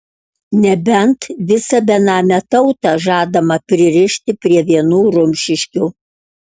nebent visą benamę tautą žadama pririšti prie vienų rumšiškių